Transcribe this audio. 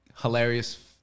hilarious